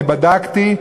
אני בדקתי,